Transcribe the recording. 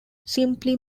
simply